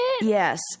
Yes